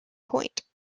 point